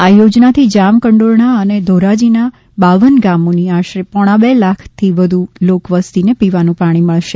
આ યોજનાથી જામકંડોરણા અને ધોરાજીના બાવન ગામોની આશરે પોણા બે લાખથી વધુ લોકવસતીને પીવાનું પાણી મળશે